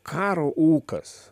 karo ūkas